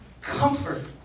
Comfort